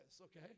okay